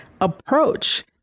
approach